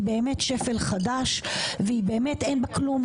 היא באמת שפל חדש ואין בה כלום,